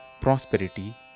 prosperity